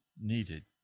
needed